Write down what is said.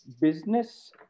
business